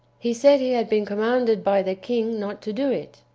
he said he had been commanded by the king not to do it!